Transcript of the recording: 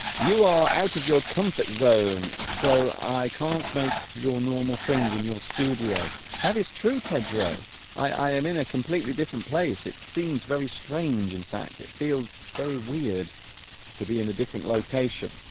you are out of your comfort zone so i can't make your normal thing in your studio that is true pedro i i am in a completely different place it seems very strange in fact it feels very weird to be in a different location